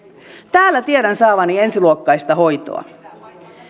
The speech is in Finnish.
täällä tiedän saavani ensiluokkaista hoitoa